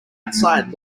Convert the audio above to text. outside